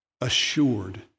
assured